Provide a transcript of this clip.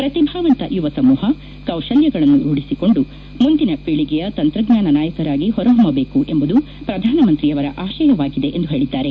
ಪ್ರತಿಭಾವಂತ ಯುವ ಸಮೂಹ ಕೌಶಲ್ಲಗಳನ್ನು ರೂಢಿಸಿಕೊಂಡು ಮುಂದಿನ ಪೀಳಿಗೆಯ ತಂತ್ರಜ್ಞಾನ ನಾಯಕರಾಗಿ ಹೊರಹೊಮ್ನಬೇಕು ಎಂಬುದು ಪ್ರಧಾನಮಂತ್ರಿಯವರ ಆಶಯವಾಗಿದೆ ಎಂದು ಹೇಳಿದ್ದಾರೆ